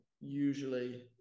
usually